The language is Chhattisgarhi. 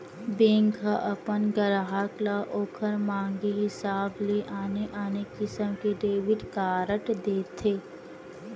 बेंक ह अपन गराहक ल ओखर मांगे हिसाब ले आने आने किसम के डेबिट कारड देथे